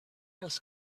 els